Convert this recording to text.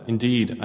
Indeed